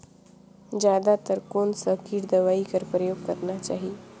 जादा तर कोन स किट दवाई कर प्रयोग करना चाही?